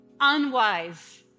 unwise